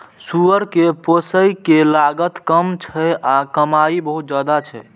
सुअर कें पोसय के लागत कम छै आ कमाइ बहुत ज्यादा छै